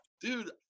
dude